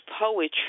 Poetry